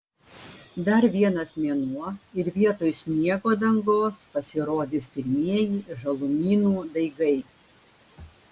dar vienas mėnuo ir vietoj sniego dangos pasirodys pirmieji žalumynų daigai